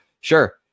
sure